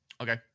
Okay